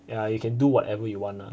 yeah you can do whatever you want ah